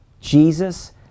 Jesus